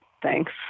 Thanks